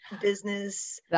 business